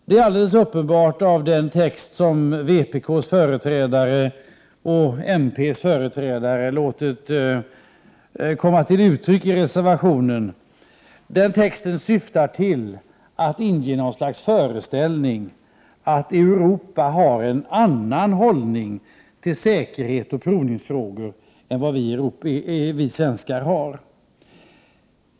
Det är alldeles uppenbart att den text som vpk:s och mp:s företrädare har i reservationen syftar till att inge något slags föreställning om att Europa har en annan hållning till säkerhetsoch provningsfrågor än vad vi svenskar har.